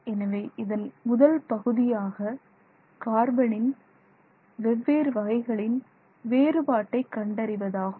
எனவே இதன் முதல் பகுதியாக கார்பனின் வெவ்வேறு வகைகளின் வேறுபாட்டை கண்டறிவதாகும்